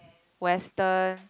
Western